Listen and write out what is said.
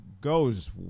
goes